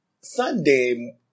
Sunday